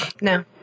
No